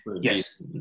Yes